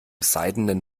seidenen